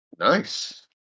Nice